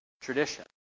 tradition